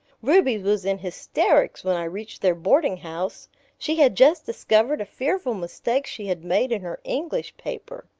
ruby was in hysterics when i reached their boardinghouse she had just discovered a fearful mistake she had made in her english paper.